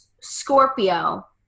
Scorpio